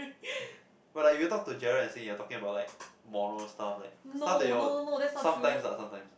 but like if you talk to Gerald and say you're talking about like morale stuff like stuff that you all sometimes ah sometimes